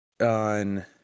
on –